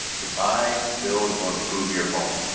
to buy, build, or improve your home.